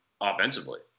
offensively